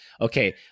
Okay